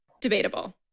Debatable